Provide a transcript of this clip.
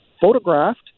photographed